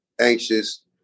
anxious